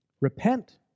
repent